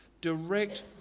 Direct